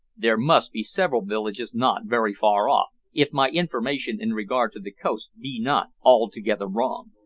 there must be several villages not very far off, if my information in regard to the coast be not altogether wrong.